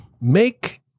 Make